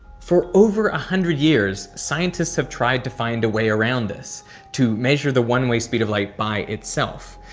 for over one ah hundred years, scientists have tried to find a way around this to measure the one way speed of light by itself.